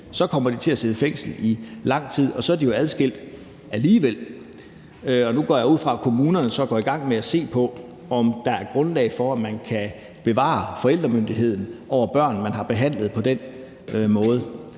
kommer de til at sidde i fængsel i lang tid, og så er de jo adskilt alligevel. Og nu går jeg ud fra, at kommunerne så går i gang med at se på, om der er grundlag for, at man kan bevare forældremyndigheden over børn, man har behandlet på den måde.